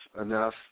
enough